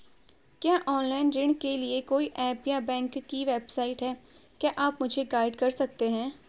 क्या ऑनलाइन ऋण के लिए कोई ऐप या बैंक की वेबसाइट है क्या आप मुझे गाइड कर सकते हैं?